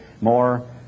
more